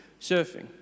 surfing